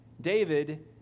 David